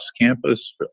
campus